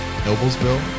Noblesville